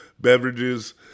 beverages